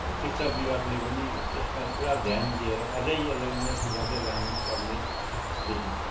शिक्षा विभागले पनि यसमा पुरा ध्यान दिएर अझै यसलाई उन्नति गर्दै लानु पर्ने देखिन्छ